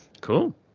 Cool